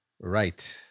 Right